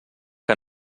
que